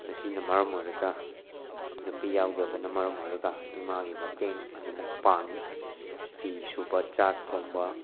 ꯃꯁꯤꯅ ꯃꯔꯝ ꯑꯣꯏꯔꯒ ꯅꯨꯄꯤ ꯌꯥꯎꯗꯕꯅ ꯃꯔꯝ ꯑꯣꯏꯔꯒ ꯏꯃꯥꯒꯤ ꯃꯇꯦꯡ ꯑꯗꯨꯃꯛ ꯄꯥꯡꯏ ꯐꯤ ꯁꯨꯕ ꯆꯥꯛ ꯊꯣꯡꯕ